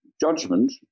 judgment